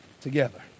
together